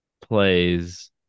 plays